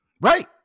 Right